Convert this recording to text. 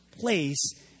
place